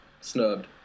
snubbed